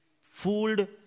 fooled